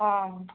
आ म्